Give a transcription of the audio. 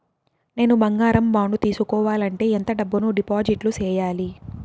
నేను బంగారం బాండు తీసుకోవాలంటే ఎంత డబ్బును డిపాజిట్లు సేయాలి?